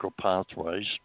pathways